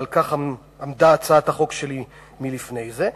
ועל כך עמדה הצעת החוק שלי לפני כן,